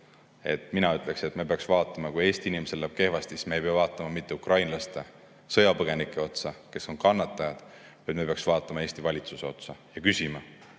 Mina ütleksin, et me peaksime [suhtuma] nii, et kui Eesti inimesel läheb kehvasti, siis me ei pea vaatama mitte ukrainlaste, sõjapõgenike otsa, kes on kannatajad, vaid me peaksime vaatama Eesti valitsuse otsa ja küsima,